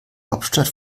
hauptstadt